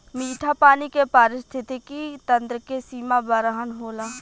मीठा पानी के पारिस्थितिकी तंत्र के सीमा बरहन होला